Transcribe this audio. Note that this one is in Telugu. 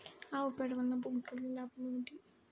ఆవు పేడ వలన భూమికి కలిగిన లాభం ఏమిటి?